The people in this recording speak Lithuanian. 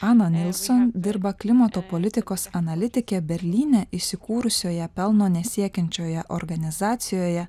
ana neilson dirba klimato politikos analitike berlyne įsikūrusioje pelno nesiekiančioje organizacijoje